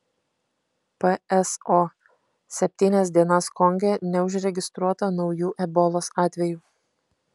pso septynias dienas konge neužregistruota naujų ebolos atvejų